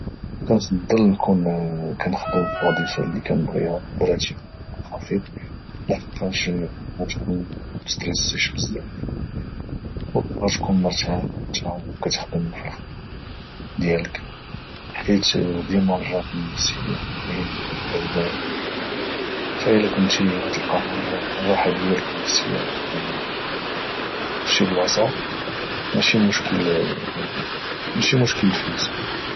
كنفضل نكون كنخدم في وظيفة اللي كنبغيها براتب منخفض لحقاش غتكون ممستريسيش بزاف او غتكون مرتاح او نتا كتخدم في الخدمة ديالك حيت ديما الراحة النفسية مهمة على المال فالى كنتي غتلاقا الراحة ديالك النفسية فشي بلاصة ماشي مشكل الفلوس